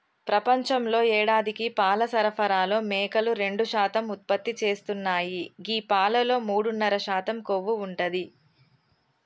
ప్రపంచంలో యేడాదికి పాల సరఫరాలో మేకలు రెండు శాతం ఉత్పత్తి చేస్తున్నాయి గీ పాలలో మూడున్నర శాతం కొవ్వు ఉంటది